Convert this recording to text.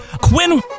Quinn